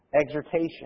exhortation